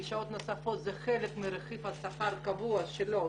שעות נוספות הן חלק מרכיב השכר הקבוע שלו.